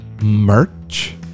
merch